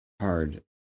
Hard